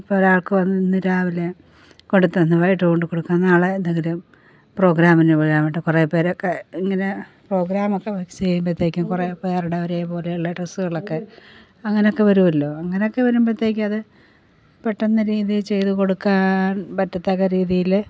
ഇപ്പൊരാൾക്ക് ഇന്ന് രാവിലെ കൊടുത്തു എന്നാൽ വൈകിട്ട് കൊണ്ട് കൊടുക്കാം നാളെയെന്തെങ്കിലും പ്രോഗ്രാമിന് പോയങ്ങോട്ട് കുറെ പേരൊക്കെ ഇങ്ങനെ പ്രോഗ്രാമൊക്കെ ഫിക്സ് ചെയ്യുമ്പോഴത്തേക്കും കുറെ പേരുടെ ഒരേപോലെയുള്ള ഡ്രസ്സ്കളൊക്കെ അങ്ങനൊക്കെ വരുമല്ലോ അങ്ങനൊക്കെ വരുമ്പോഴത്തേക്കത് പെട്ടന്ന് രീതി ചെയ്ത് കൊടുക്കാൻ പറ്റത്തക്ക രീതീൽ